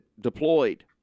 deployed